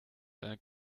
einen